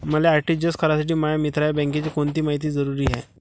मले आर.टी.जी.एस करासाठी माया मित्राच्या बँकेची कोनची मायती जरुरी हाय?